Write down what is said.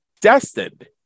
destined